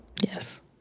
Yes